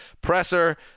presser